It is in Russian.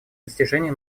достижения